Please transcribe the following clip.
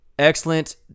Excellent